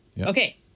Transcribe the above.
Okay